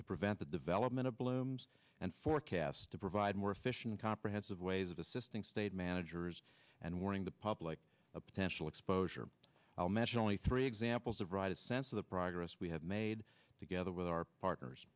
to prevent the development of blooms and forecasts to provide more efficient comprehensive ways of assisting state managers and warning the public a potential exposure i'll mention only three examples of right a sense of the progress we have made together with our partners